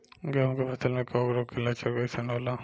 गेहूं के फसल में कवक रोग के लक्षण कइसन होला?